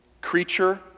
creature